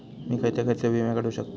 मी खयचे खयचे विमे काढू शकतय?